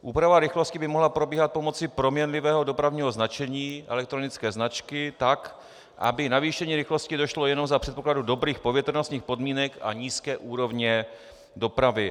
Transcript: Úprava rychlosti by mohla probíhat pomocí proměnlivého dopravního značení, elektronické značky, tak, aby k navýšení rychlosti došlo jen za předpokladu dobrých povětrnostních podmínek a nízké úrovně dopravy.